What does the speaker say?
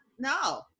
No